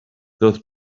those